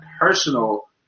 personal